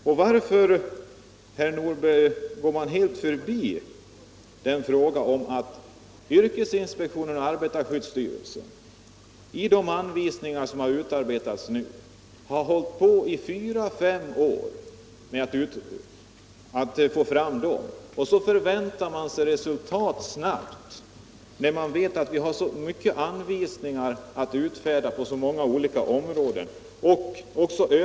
Och varför, herr Nordberg, går man helt förbi att yrkesinspektionen och arbetarskyddsstyrelsen, som nu har utarbetat anvisningar, vill överlåta åt arbetsmarknadens parter att komma överens? De myndigheterna har hållit på med sitt arbete i 4--5 år, och nu väntar de sig ett snabbt resultat när de vet att vi har så mycket anvisningar att utfärda på så många olika områden.